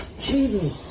Jesus